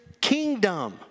kingdom